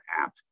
app